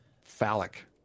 Phallic